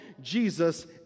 Jesus